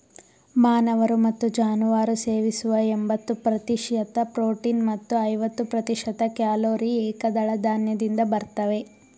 ಮಾನವರು ಮತ್ತು ಜಾನುವಾರು ಸೇವಿಸುವ ಎಂಬತ್ತು ಪ್ರತಿಶತ ಪ್ರೋಟೀನ್ ಮತ್ತು ಐವತ್ತು ಪ್ರತಿಶತ ಕ್ಯಾಲೊರಿ ಏಕದಳ ಧಾನ್ಯದಿಂದ ಬರ್ತವೆ